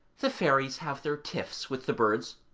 the fairies have their tiffs with the birds,